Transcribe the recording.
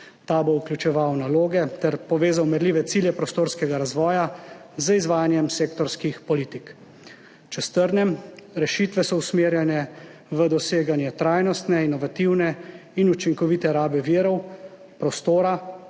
ta bo vključeval naloge ter povezal merljive cilje prostorskega razvoja z izvajanjem sektorskih politik. Če strnem, rešitve so usmerjene v doseganje trajnostne, inovativne in učinkovite rabe virov prostora